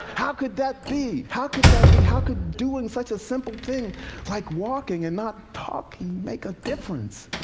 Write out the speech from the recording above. how could that be, how could that be? how could doing such a simple thing like walking and not talking make a difference?